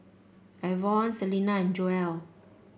Avon Celina and Joel